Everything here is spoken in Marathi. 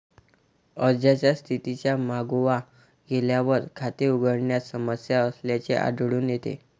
अर्जाच्या स्थितीचा मागोवा घेतल्यावर, खाते उघडण्यात समस्या असल्याचे आढळून येते